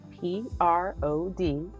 P-R-O-D